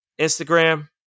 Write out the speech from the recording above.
Instagram